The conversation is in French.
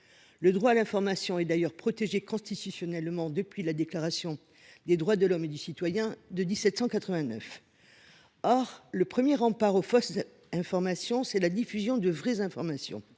Le droit à l’information est d’ailleurs protégé constitutionnellement depuis la Déclaration des droits de l’homme et du citoyen de 1789. Le premier rempart, c’est la diffusion de vraies informations